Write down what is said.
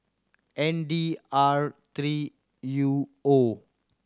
N D R three U O